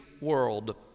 world